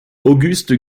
auguste